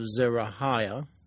Zerahiah